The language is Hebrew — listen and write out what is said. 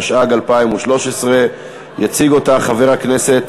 התשע"ג 2013. יציג אותה חבר הכנסת